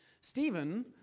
Stephen